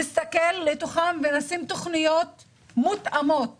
נסתכל לתוכם ונשים תכניות מותאמות